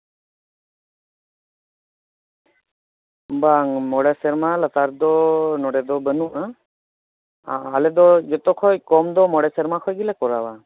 ᱵᱟᱝ ᱢᱚᱬᱮ ᱥᱮᱨᱢᱟ ᱞᱟᱛᱟᱨ ᱫᱚ ᱱᱚᱸᱰᱮ ᱫᱚ ᱵᱟᱹᱱᱩᱜᱼᱟ ᱟᱞᱮ ᱫᱚ ᱡᱚᱛᱚ ᱠᱷᱚᱱ ᱠᱚᱢ ᱫᱚ ᱢᱚᱬᱮ ᱥᱮᱨᱢᱟ ᱠᱷᱚᱱ ᱜᱮᱞᱮ ᱠᱚᱨᱟᱣᱟ